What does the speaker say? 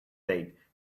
date